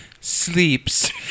sleeps